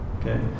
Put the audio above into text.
Okay